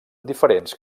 diferents